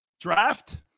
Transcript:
Draft